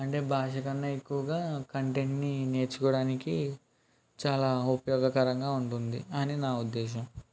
అంటే భాష కన్నా ఎక్కువగా కంటెంట్ని నేర్చుకోవడానికి చాలా ఉపయోగకరంగా ఉంటుంది అని నా ఉద్దేశం